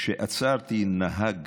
כשעצרתי נהג